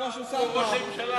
אה, הוא ראש הממשלה.